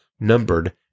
numbered